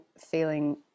feeling